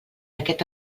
aquest